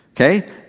Okay